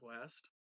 West